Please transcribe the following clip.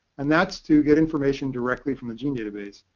and that's to get information directly from a gene database.